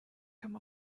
come